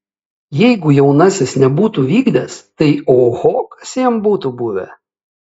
jeigu jaunasis nebūtų vykdęs tai oho kas jam būtų buvę